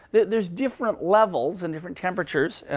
there's different levels and different temperatures,